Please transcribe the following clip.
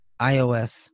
iOS